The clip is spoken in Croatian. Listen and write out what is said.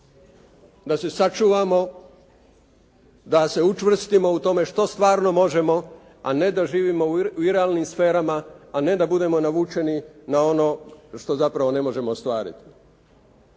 Da se sačuvamo, da se učvrstimo u tome što stvarno možemo a ne da živimo u irealnim sferama, a ne da budemo navučeni na ono što zapravo ne možemo ostvariti.